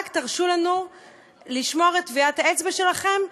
רק תרשו לנו לשמור את טביעת האצבע שלכם,